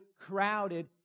crowded